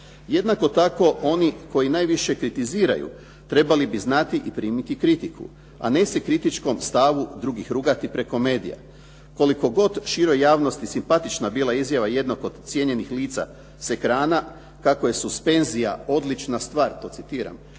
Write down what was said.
Jednako tako oni koji najviše kritiziraju trebali bi znati i primiti kritiku, a ne se kritičkom stavu drugih rugati preko medija. Koliko god široj javnosti simpatična bila izjava jednog od cijenjenih lica s ekrana kako je suspenzija odlična stvar, to citiram,